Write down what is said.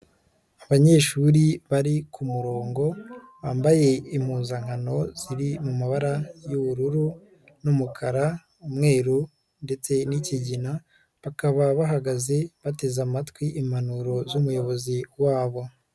Abanyeshuri bari ku murongo, bambaye impuzankano ziri mu mabara y'ubururu n'umukara, umweruru ndetse n,ikigina, bakaba bahagaze bateze amatwi impanuro z'umuyobozi wabo.